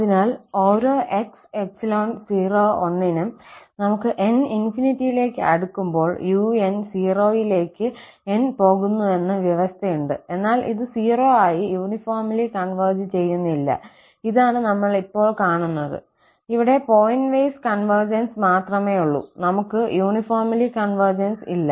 അതിനാൽ ഓരോ 𝑥∈01 നും നമുക് n ലേക്ക് അടുക്കുമ്പോൾ un0ലേക്ക് n പോകുന്നുവെന്ന വ്യവസ്ഥയുണ്ട് എന്നാൽ ഇത് 0 ആയി യൂണിഫോംലി കോൺവെർജ് ചെയ്യുന്നില്ല ഇതാണ് നമ്മൾ ഇപ്പോൾ കാണുന്നത് ഇവിടെ പോയിന്റ് വൈസ് കൺവെർജൻസ് മാത്രമേയുള്ളൂ നമ്മൾക്ക് യൂണിഫോംലി കൺവെർജൻസ് ഇല്ല